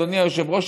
אדוני היושב-ראש,